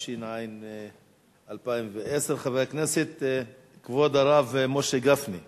התש"ע 2010. חבר הכנסת כבוד הרב משה גפני.